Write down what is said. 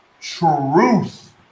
truth